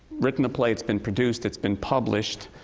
written a play, it's been produced, it's been published.